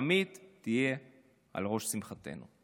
ותמיד תהיה על ראש שמחתנו.